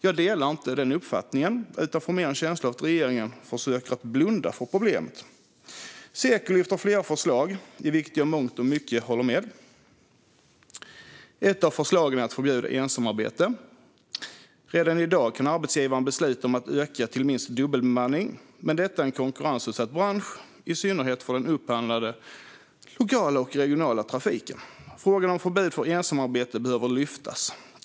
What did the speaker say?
Jag delar inte den uppfattningen utan får mer en känsla av att regeringen försöker blunda för problemet. Seko lyfter fram flera förslag, av vilka jag håller med om mångt och mycket. Ett av förslagen är att förbjuda ensamarbete. Redan i dag kan arbetsgivaren besluta om att öka till minst dubbelbemanning. Men det är en konkurrensutsatt bransch, i synnerhet för den upphandlade lokala och regionala trafiken. Frågan om förbud för ensamarbete behöver lyftas upp.